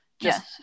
Yes